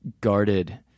guarded